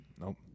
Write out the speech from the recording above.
Nope